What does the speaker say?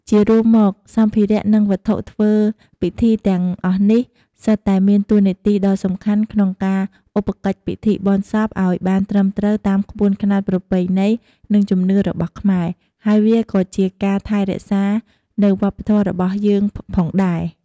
ជារួមមក សម្ភារៈនិងវត្ថុធ្វើពិធីទាំងអស់នេះ សុទ្ធតែមានតួនាទីដ៏សំខាន់ក្នុងការឧបកិច្ចពិធីបុណ្យសពឱ្យបានត្រឹមត្រូវតាមក្បួនខ្នាតប្រពៃណី និងជំនឿរបស់ខ្មែរ ហើយវាក៏ជាការថែររក្សានៅវប្បធម៏របស់យើងផងដែរ។